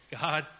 God